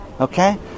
okay